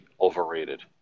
overrated